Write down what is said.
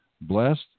blessed